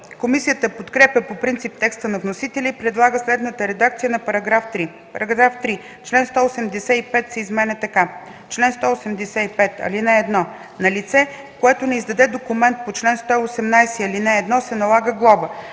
Комисията подкрепя по принцип текста на вносителя и предлага следната редакция на § 3: „§ 3. Член 185 се изменя така: „Чл. 185. (1) На лице, което не издаде документ по чл. 118, ал. 1, се налага глоба